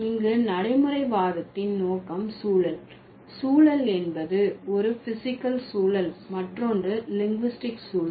இங்கு நடைமுறைவாதத்தின் நோக்கம் சூழல் சூழல் என்பது ஒன்று பிஸிக்கல் சூழல் மற்றொன்று லிங்குஸ்டிக் சூழல்